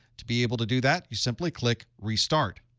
to be able to do that, you simply click restart.